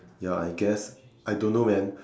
ya I guess I don't know man